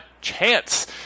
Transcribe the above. chance